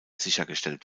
sichergestellt